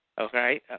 Okay